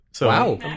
Wow